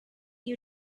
you